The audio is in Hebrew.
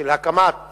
של הקמת